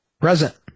present